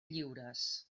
lliures